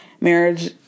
marriage